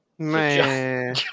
Man